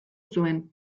zuen